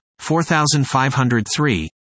4503